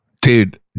dude